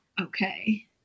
okay